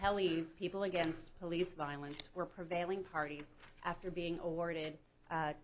hellenes people against police violence were prevailing parties after being awarded a